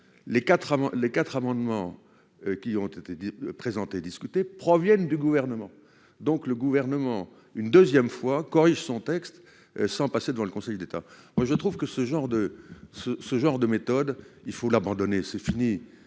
les quatre amendements qui ont été le présenter discuter proviennent du gouvernement, donc le gouvernement, une deuxième fois, corrige son texte sans passer devant le Conseil d'État, moi je trouve que ce genre de ce ce genre de méthode il faut l'abandonner c'est fini